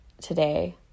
today